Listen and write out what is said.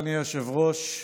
אדוני היושב-ראש,